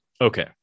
Okay